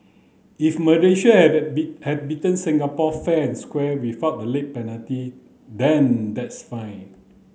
if Malaysia had be had beaten Singapore fair and square without the late penalty then that's fine